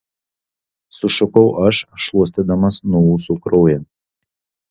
sušukau aš šluostydamas nuo ūsų kraują